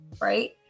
right